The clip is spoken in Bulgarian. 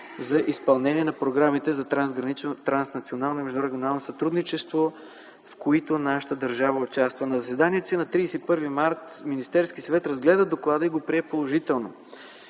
за изпълнение на програмите за трансгранично, транснационално и междурегионално сътрудничество, в които нашата държава участва. На заседанието си на 31 март Министерският съвет разгледа доклада и го прие положително.